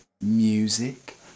music